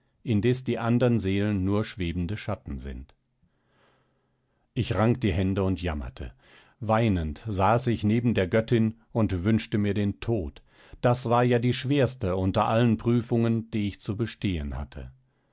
indes die andern seelen nur schwebende schatten sind ich rang die hände und jammerte weinend saß ich neben der göttin und wünschte mir den tod das war ja die schwerste unter allen prüfungen die ich zu bestehen hatte